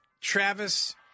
Travis